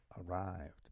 arrived